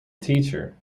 teacher